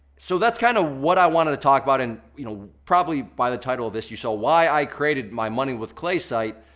so that's kind of what i wanted to talk about and you know probably by the title of this you saw, why i created my money with clay site,